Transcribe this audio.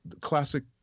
classic